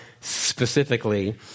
specifically